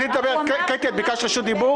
את ביקשת רשות דיבור?